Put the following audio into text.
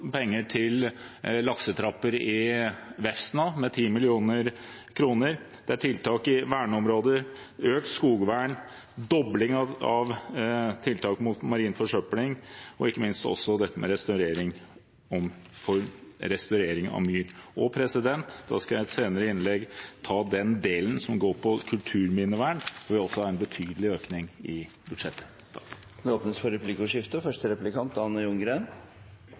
penger til laksetrapper i Vefsna – 10 mill. kr. Det er tiltak i verneområder, økt skogvern, dobling av tiltak mot marin forsøpling og ikke minst restaurering av myr. Jeg skal i et senere innlegg ta den delen som går på kulturminnevern, hvor det også er en betydelig økning i budsjettet. Det blir replikkordskifte. Etter to måneder med intense forhandlinger og